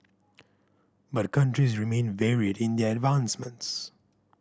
but countries remain varied in their advancements